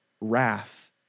Wrath